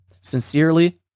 Sincerely